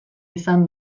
izan